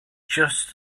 just